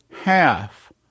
half